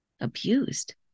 Abused